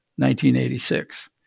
1986